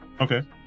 Okay